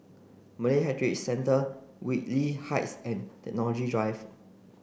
Malay Heritage Centre Whitley Heights and Technology Drive